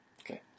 Okay